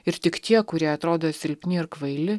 ir tik tie kurie atrodo silpni ir kvaili